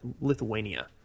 Lithuania